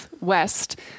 west